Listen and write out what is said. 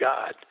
God